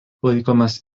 laikomas